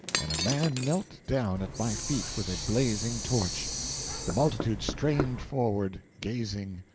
and a man knelt down at my feet with a blazing torch the multitude strained forward, gazing,